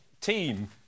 team